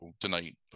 tonight